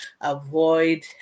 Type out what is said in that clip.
Avoid